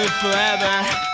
forever